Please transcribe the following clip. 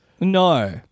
No